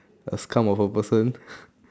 a scum of a person